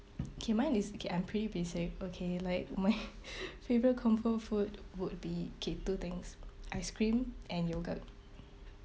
kay mine is okay I'm pretty basic okay like my favourite comfort food would be kay two things ice cream and yogurt